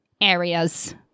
areas